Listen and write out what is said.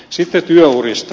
sitten työurista